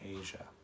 Asia